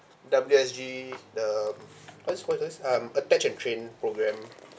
W_S_G the I just us um attach and train program